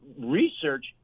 research